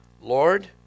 Lord